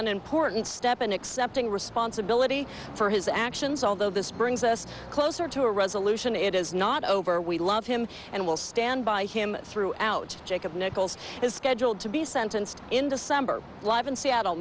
an important step in accepting responsibility for his actions although this brings us closer to a resolution it is not over we love him and will stand by him throughout jacob nichols is scheduled to be sentenced in december live in seattle